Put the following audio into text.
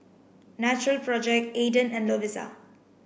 natural project Aden and Lovisa